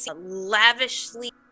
lavishly